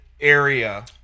area